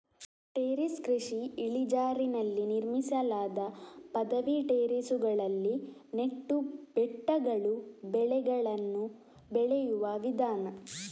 terrace ಕೃಷಿ ಇಳಿಜಾರಿನಲ್ಲಿ ನಿರ್ಮಿಸಲಾದ ಪದವಿ ಟೆರೇಸುಗಳಲ್ಲಿ ನೆಟ್ಟು ಬೆಟ್ಟಗಳು ಬೆಳೆಗಳನ್ನು ಬೆಳೆಯುವ ವಿಧಾನ